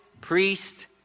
priest